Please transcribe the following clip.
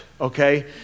okay